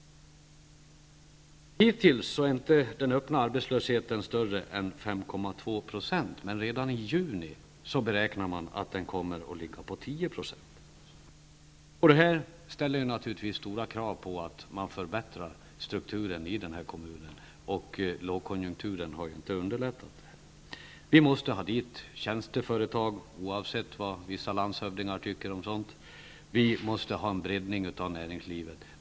Hittills har inte den öppna arbetslösheten varit högre än 5,2 20. Men man beräknar att den redan i juni kommer att ligga på 10 20. Det ställer stora krav på att man förbättrar strukturen i kommunen. Lågkonjunkturen har inte underlättat. Vi måste ha dit tjänsteföretag, oavsett vad vissa landshövdingar tycker om sådant. Vi måste få till stånd en breddning av näringslivet.